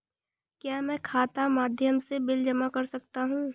क्या मैं खाता के माध्यम से बिल जमा कर सकता हूँ?